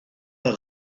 par